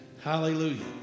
Hallelujah